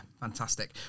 fantastic